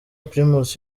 primus